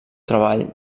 treball